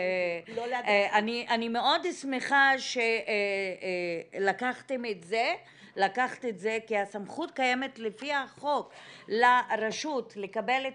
אני מאוד שמחה שלקחת את זה כי הסמכות קיימת לפי החוק לרשות לקבל את